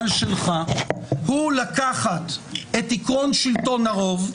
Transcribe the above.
שלך הוא לקחת את עקרון שלטון הרוב,